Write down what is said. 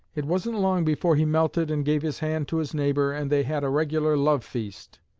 it wasn't long before he melted and gave his hand to his neighbor, and they had a regular love-feast.